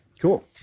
Cool